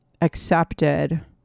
accepted